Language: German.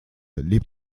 lebt